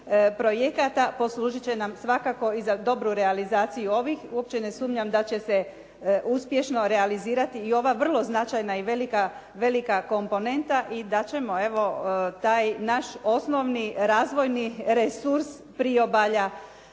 projekata poslužit će nam svakako i za dobru realizaciju ovih. Uopće ne sumnjam da će se uspješno realizirati i ova vrlo značajna i velika komponenta i da ćemo evo taj naš osnovni razvojni resurs priobalja